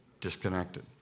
disconnected